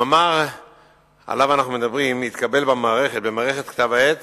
המאמר שעליו אנחנו מדברים התקבל במערכת כתב-העת